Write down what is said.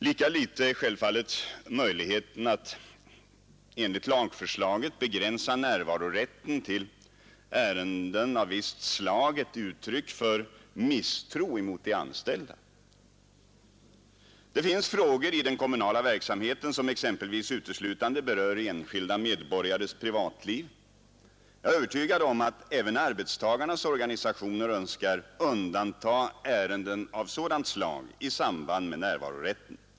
Lika litet är självfallet möjligheten att enligt lagförslaget begränsa närvarorätten till ärenden av visst slag ett uttryck för misstro mot de anställda. Det finns frågor i den kommunala verksamheten som exempelvis uteslutande berör enskilda medborgares privatliv. Jag är övertygad om att även arbetstagarnas organisationer önskar undanta ärenden av sådant slag i samband med närvarorätten.